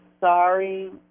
sorry